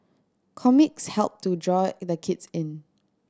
comics help to draw the kids in